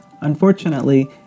Unfortunately